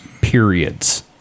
periods